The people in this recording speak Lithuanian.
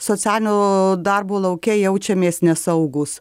socialinio darbo lauke jaučiamės nesaugūs